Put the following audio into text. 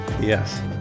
yes